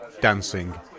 dancing